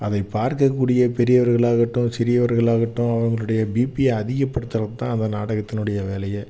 அதை பார்க்கக்கூடிய பெரியவர்களாகட்டும் சிறியவர்களாகட்டும் அவங்களுடைய பிபியை அதிகப்படுத்துகிறது தான் அந்த நாடகத்தினுடைய வேலையே